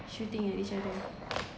shooting at each other